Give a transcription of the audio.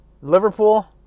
Liverpool